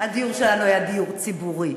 הדיור שלנו היה דיור ציבורי.